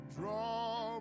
draw